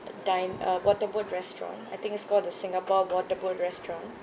dine uh water boat restaurant I think it's called the singapore water boat restaurant